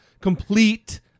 complete